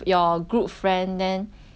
got her house got a cat right